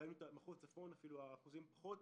ראינו את מחוז צפון, שם השיעור אפילו נמוך יותר.